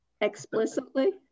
Explicitly